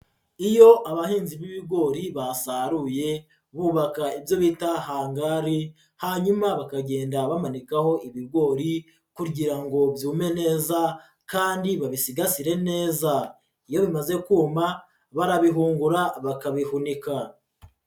Iyo abahinzi b'ibigori basaruye bubaka ibyo bita hangari, hanyuma bakagenda bamanikaho ibigori kugira ngo byume neza kandi babisigasire neza. Iyo bimaze kuma barabihungura bakabihunika.